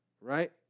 right